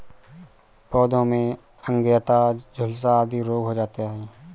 पौधों में अंगैयता, झुलसा आदि रोग हो जाता है